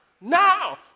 Now